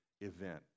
event